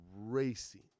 racing